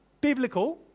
biblical